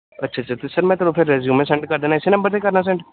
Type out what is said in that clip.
ਅੱਛਾ ਅੱਛਾ ਅਤੇ ਸਰ ਮੈਂ ਤੁਹਾਨੂੰ ਫਿਰ ਰਿਜ਼ੀਊਮੇ ਸੈਂਡ ਕਰ ਦਿੰਨਾ ਇਸੇ ਨੰਬਰ 'ਤੇ ਕਰਨਾ ਸੈਂਡ